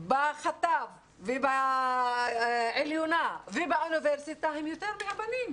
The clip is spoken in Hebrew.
בחטיבה ובעליונה ובאוניברסיטה, הן יותר מהבנים,